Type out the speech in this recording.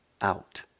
out